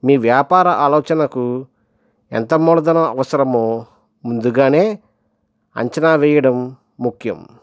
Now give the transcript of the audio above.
మీ వ్యాపార ఆలోచనకు ఎంత మూలధనం అవసరమో ముందుగా అంచనా వేయడం ముఖ్యం